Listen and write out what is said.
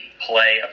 play